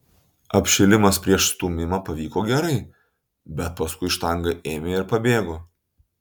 apšilimas prieš stūmimą pavyko gerai bet paskui štanga ėmė ir pabėgo